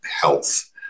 health